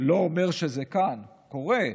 לא אומר שזה קורה כאן,